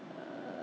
不是有那个